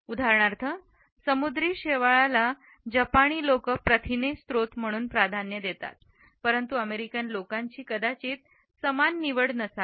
उदाहरणार्थ समुद्री शेवाळला जपानी लोक प्रथिने स्त्रोत म्हणून प्राधान्य देतात परंतु अमेरिकन लोकांची कदाचित समान निवड नसावी